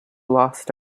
lost